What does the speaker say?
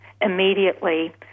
immediately